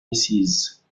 decize